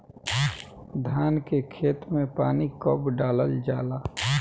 धान के खेत मे पानी कब डालल जा ला?